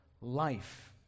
life